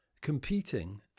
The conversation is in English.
competing